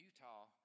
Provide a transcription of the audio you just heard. Utah